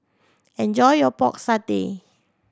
enjoy your Pork Satay